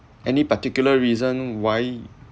any particular reason why